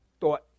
thought